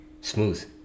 Smooth